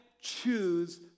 choose